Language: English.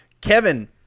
Kevin